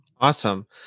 Awesome